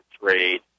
trade